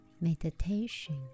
Meditation